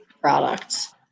products